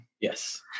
Yes